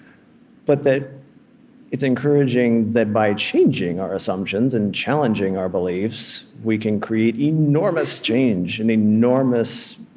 but that it's encouraging that by changing our assumptions and challenging our beliefs we can create enormous change and enormous